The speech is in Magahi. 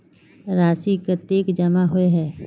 राशि कतेक जमा होय है?